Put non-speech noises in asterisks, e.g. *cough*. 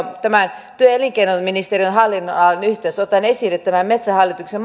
*unintelligible* tämän työ ja elinkeinoministeriön hallinnonalan yhteydessä otan esille metsähallituksen *unintelligible*